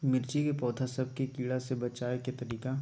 मिर्ची के पौधा सब के कीड़ा से बचाय के तरीका?